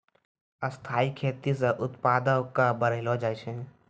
स्थाइ खेती से उत्पादो क बढ़लो जाय छै